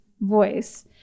voice